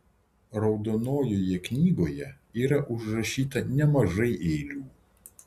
raudonojoje knygoje yra užrašyta nemažai eilių